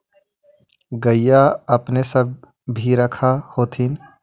गईया अपने सब भी तो रखबा कर होत्थिन?